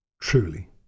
Truly